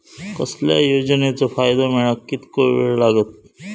कसल्याय योजनेचो फायदो मेळाक कितको वेळ लागत?